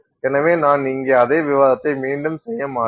எனவே நான் இங்கே அதே விவாதத்தை மீண்டும் செய்ய மாட்டேன்